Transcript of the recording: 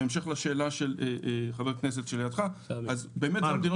בהמשך לשאלה של חבר הכנסת שלידך, אלה המדינות